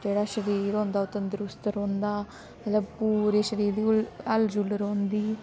जेह्ड़ा शरीर होंदा ओह् तंदरुस्त रौंह्दा मतलब पूरे शरीर दी हुल हलचुल रौंह्दी